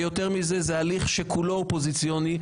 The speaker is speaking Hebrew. יותר מזה, זה הליך שכולו אופוזיציוני.